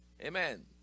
Amen